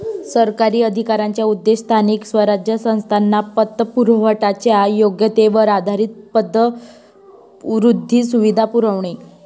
सरकारी अधिकाऱ्यांचा उद्देश स्थानिक स्वराज्य संस्थांना पतपुरवठ्याच्या योग्यतेवर आधारित पतवृद्धी सुविधा पुरवणे